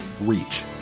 reach